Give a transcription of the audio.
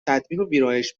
ویرایش